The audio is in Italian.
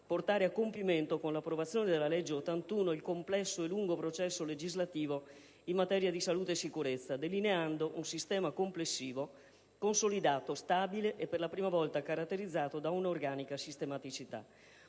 portare a compimento, con l'approvazione della legge n. 81 del 2008, il complesso e lungo processo legislativo in materia di salute e sicurezza, delineando un sistema complessivo consolidato, stabile e per la prima volta caratterizzato da una organica sistematicità;